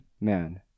Man